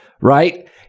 right